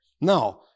Now